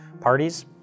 Parties